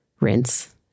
Rinse